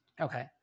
Okay